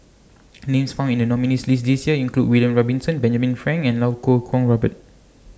Names found in The nominees' list This Year include William Robinson Benjamin Frank and Lau Kuo Kwong Robert